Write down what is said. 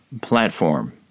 platform